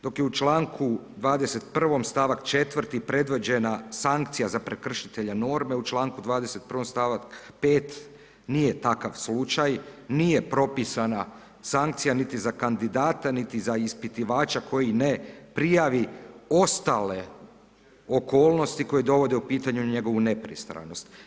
Dok je u čl. 21., st. 4. predviđena sankcija za prekršitelja norme, u čl. 21., st. 5. nije takav slučaj, nije propisana sankcija niti za kandidate niti za ispitivača koji ne prijavi ostale okolnosti koje dovode u pitanje njegovu nepristranost.